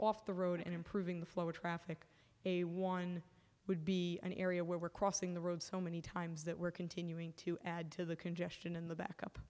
off the road and improving the flow of traffic a one would be an area where we're crossing the road so many times that we're continuing to add to the congestion in the back up